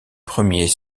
premiers